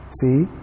See